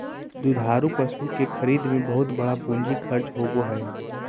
दुधारू पशु के खरीद में बहुत बड़ा पूंजी खर्च होबय हइ